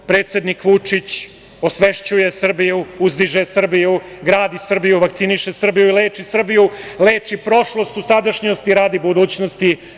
Predsednik Vučić osvešćuje Srbiju, uzdiže Srbiju, gradi Srbiju, vakciniše Srbiju, leči Srbiju, leči prošlost u sadašnjost radi budućnosti.